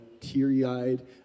teary-eyed